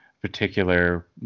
particular